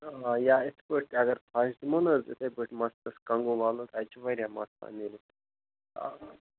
یا یِتھ پٲٹھۍ تہِ اگر فَش دِمو نہٕ حظ یِتھَے پٲٹھۍ مَستَس کنٛگوٗ والَو تَتہِ چھِ واریاہ مَس ژَلان نیٖرِتھ